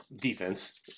defense